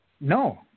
No